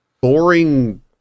boring